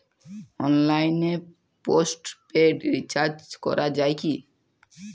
অনলাইনে postpaid recharge করা যায় কি?